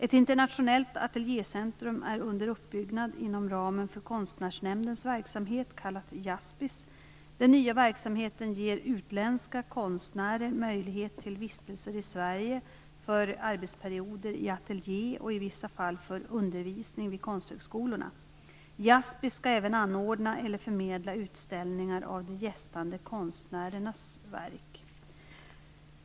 Ett internationellt ateljécentrum är under uppbyggnad inom ramen för Konstnärsnämndens verksamhet, kallat IASPIS. Den nya verksamheten ger utländska konstnärer möjlighet till vistelser i Sverige för arbetsperioder i ateljé och i vissa fall för undervisning vid konsthögskolorna. IASPIS skall även anordna eller förmedla utställningar av de gästande konstnärernas verk.